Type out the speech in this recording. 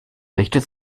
richtet